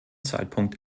zeitpunkt